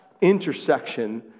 intersection